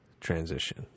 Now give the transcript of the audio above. transition